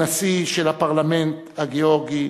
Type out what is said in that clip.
הנשיא של הפרלמנט הגאורגי,